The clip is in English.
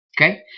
Okay